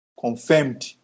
confirmed